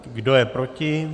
Kdo je proti?